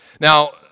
now